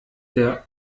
der